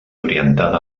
orientada